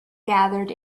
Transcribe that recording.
gathered